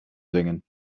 dwingen